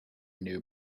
new